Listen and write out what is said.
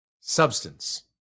substance